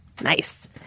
Nice